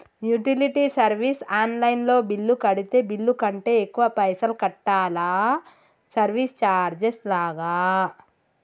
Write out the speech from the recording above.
Utility service online లో bill కడితే bill కంటే ఎక్కువ పైసల్ కట్టాలా సర్వీస్ చార్జెస్ లాగా?